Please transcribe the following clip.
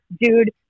dude